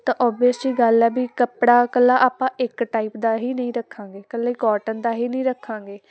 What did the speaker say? ਤਾਂ ਓਬੀਅਸਲੀ ਗੱਲ ਹੈ ਵੀ ਕੱਪੜਾ ਇਕੱਲਾ ਆਪਾਂ ਇੱਕ ਟਾਈਪ ਦਾ ਹੀ ਨਹੀਂ ਰੱਖਾਂਗੇ ਇਕੱਲੇ ਕਾਟਨ ਦਾ ਹੀ ਨਹੀਂ ਰੱਖਾਂਗੇ